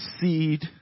seed